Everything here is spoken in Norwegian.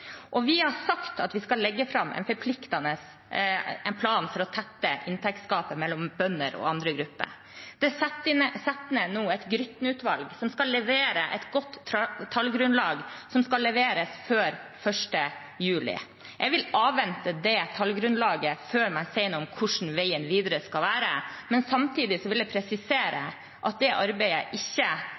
Vi har sagt at vi skal legge fram en forpliktende plan for å tette inntektsgapet mellom bønder og andre grupper. Grytten-utvalget er nå satt ned. Det skal levere et godt tallgrunnlag, og det skal leveres før 1. juli. Jeg vil avvente det tallgrunnlaget før jeg sier noe om hvordan veien videre skal være. Samtidig vil jeg presisere at det arbeidet ikke